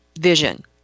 vision